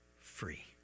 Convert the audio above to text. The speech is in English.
free